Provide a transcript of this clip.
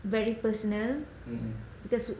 very personal because